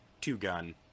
two-gun